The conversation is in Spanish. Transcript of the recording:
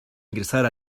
ingresar